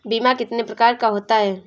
बीमा कितने प्रकार का होता है?